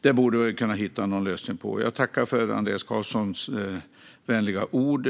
Det borde vi kunna hitta någon lösning på. Jag tackar för Andreas Carlsons vänliga ord.